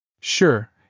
Sure